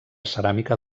ceràmica